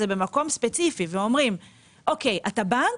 במקום ספציפי ואומרים שאם אתה בנק,